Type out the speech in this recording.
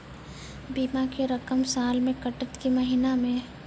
बीमा के रकम साल मे कटत कि महीना मे?